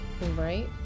Right